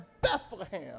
Bethlehem